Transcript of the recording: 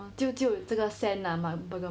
oh 就就这个 scent ah bergamot